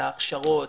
את ההכשרות,